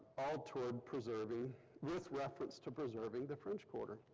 all toward preserving this reference to preserving the french quarter.